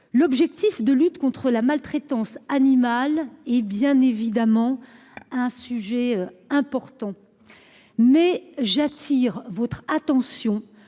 L'objectif de lutte contre la maltraitance animale et bien évidemment un sujet important. Mais j'attire votre attention